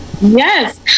yes